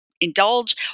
indulge